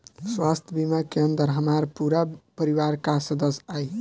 स्वास्थ्य बीमा के अंदर हमार पूरा परिवार का सदस्य आई?